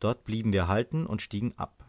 dort blieben wir halten und stiegen ab